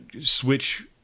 switch